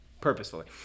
Purposefully